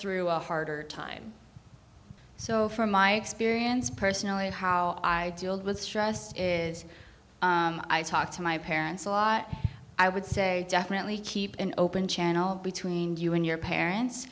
through a harder time so from my experience personally how i deal with stress is i talk to my parents a lot i would say definitely keep an open channel between you and your parents